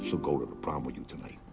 so go to the prom with you tonight.